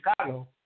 Chicago